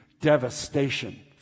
devastation